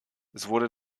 wurde